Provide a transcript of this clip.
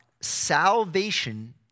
salvation